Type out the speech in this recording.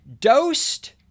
Dosed